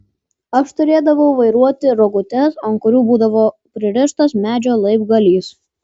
aš turėdavau vairuoti rogutes ant kurių būdavo pririštas medžio laibgalys